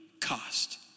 cost